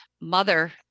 mother